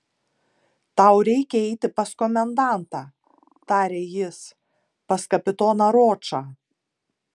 tau reikia eiti pas komendantą tarė jis pas kapitoną ročą